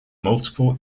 multiple